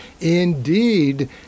indeed